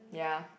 ya